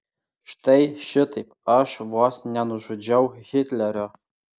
štai šitaip aš vos nenužudžiau hitlerio